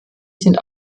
sind